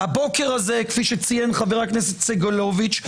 והבוקר הזה כפי שציין חבר הכנסת סגלוביץ,